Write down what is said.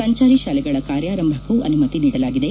ಸಂಚಾರಿ ಶಾಲೆಗಳ ಕಾರ್ಯಾರಂಭಕ್ಕೂ ಅನುಮತಿ ನೀಡಲಾಗಿದೆ